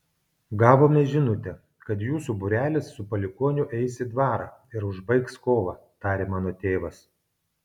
gavome žinutę kad jūsų būrelis su palikuoniu eis į dvarą ir užbaigs kovą tarė mano tėvas